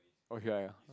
okay I